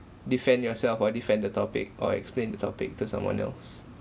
defend yourself or defend the topic or explain the topic to someone else